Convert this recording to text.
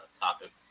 topic